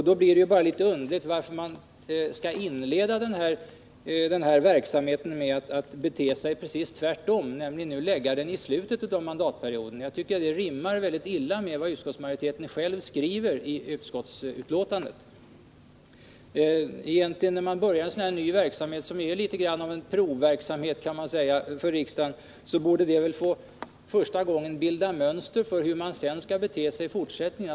Då är det litet underligt att man inleder denna verksamhet genom att bete sig precis tvärtom och framlägga deni slutet av mandatperioden. Jag tycker att det rimmar väldigt illa med vad utskottsmajoriteten själv skriver i sitt betänkande. När man börjar en sådan här ny verksamhet som är litet av en provverksamhet för riksdagen, borde den få bilda mönster för hur man skall bete sig i fortsättningen.